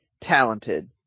talented